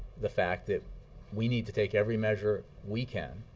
the fact that we need to take every measure we can